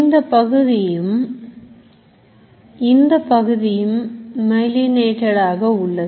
இந்தப் பகுதியும் இந்தப் பகுதியும் Myelinated ஆக உள்ளது